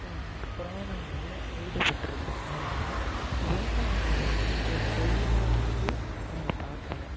இப்போ புராணங்கள்ல எழுதப்பட்டிருக்கு அதனால் விவசாயம் செய்கிறத ஒரு தொழிலாக வந்து நாங்கள் பார்க்கல